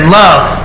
love